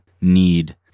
need